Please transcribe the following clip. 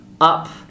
up